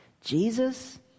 Jesus